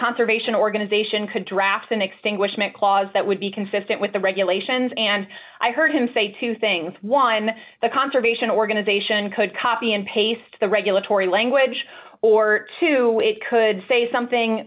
conservation organization could draft an extinguishment clause that would be consistent with the regulations and i heard him say two things one the conservation organization could copy and paste the regulatory language or two could say something